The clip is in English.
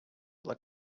look